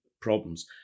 problems